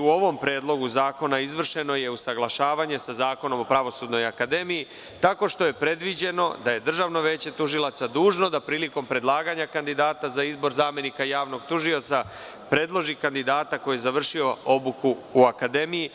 U ovom predlogu zakona izvršeno je usaglašavanje sa Zakonom o Pravosudnoj akademiji, tako što je predviđeno da je Državno veće tužilaca dužno da prilikom predlaganja kandidata za izbor zamenika javnog tužioca predloži kandidata koji je završio obuku na Akademiji,